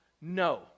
No